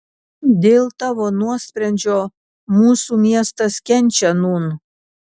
dėl tavo nuosprendžio mūsų miestas kenčia nūn